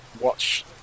watch